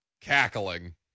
cackling